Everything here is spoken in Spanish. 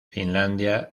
finlandia